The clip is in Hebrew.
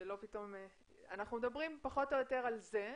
אנחנו מדברים פחות או יותר על זה.